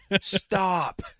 Stop